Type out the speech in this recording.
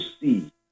see